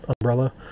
umbrella